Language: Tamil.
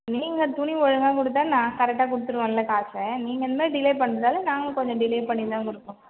நீங்கள் துணி ஒழுங்காக கொடுத்தா நான் கரெக்டாக கொடுத்துருவேன்ல காசை நீங்கள் இந்த மாதிரி டிலே பண்றதால் நாங்களும் கொஞ்சம் டிலே பண்ணிதான் கொடுப்போம்